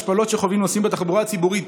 השפלות שחווים נוסעים בתחבורה ציבורית